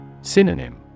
Synonym